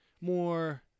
more